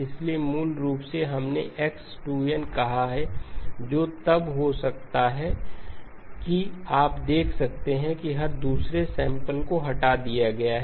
इसलिए मूल रूप से हमने इसे x 2n कहा है जो तब हो सकता है कि आप देख सकते हैं कि हर दूसरे सैंपलको हटा दिया गया है